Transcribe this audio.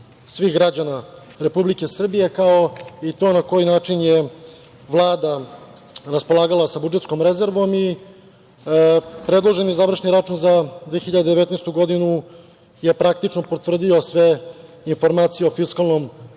svih građana Republike Srbije, kao i to na koji način je Vlada raspolagala sa budžetskom rezervom i predložen završni račun za 2019. godinu je praktično potvrdio sve informacije o fiskalnom